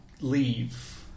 leave